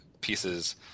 pieces